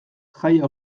jaia